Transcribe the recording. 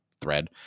thread